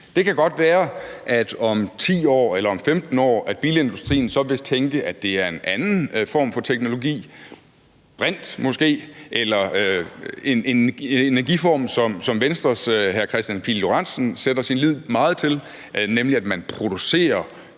Det kan godt være, at bilindustrien om 10 eller 15 år så vil tænke, at det er en anden form for teknologi – måske brint eller en energiform, som Venstres hr. Kristian Pihl Lorentzen sætter sin lid meget til, nemlig at man producerer